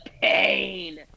pain